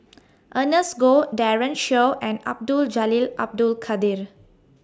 Ernest Goh Daren Shiau and Abdul Jalil Abdul Kadir